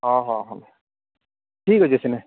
ହଁ ହଁ ହେଲା ଠିକ୍ ଅଛି ସେନେ